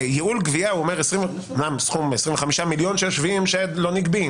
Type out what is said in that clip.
ייעול גבייה הוא אומר אמנם 25,000,000 שיושבים ולא נגבים,